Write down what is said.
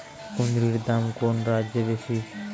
কুঁদরীর দাম কোন রাজ্যে বেশি?